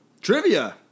Trivia